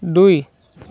দুই